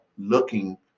looking